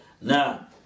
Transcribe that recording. now